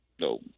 no